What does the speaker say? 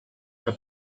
que